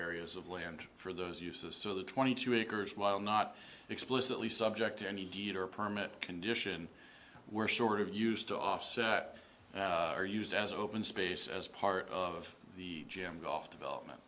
areas of land for those uses so the twenty two acres while not explicitly subject to any deed or permit condition were sort of used to offset or used as open space as part of the jim goff development